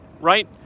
right